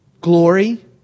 Glory